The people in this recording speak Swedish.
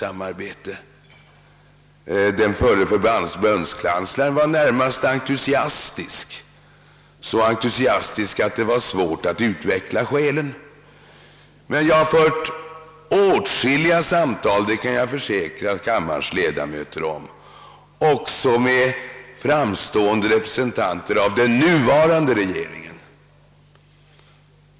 samarbete. Förre förbundskanslern var närmast entusiastisk, så entusiastisk, att det var onödigt för oss att utveckla våra skäl. Men jag har haft åtskilliga samtal, det kan jag försäkra kammarens ledamöter, också med framstående representanter för den nuvarande tyska regeringen.